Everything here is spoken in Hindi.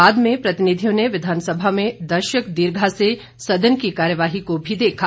बाद में प्रतिनिधियों ने विधानसभा में दर्शक दीर्घा से सदन की कार्यवाही को भी देखा